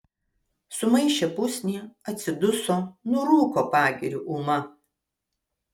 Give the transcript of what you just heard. sumaišė pusnį atsiduso nurūko pagiriu ūma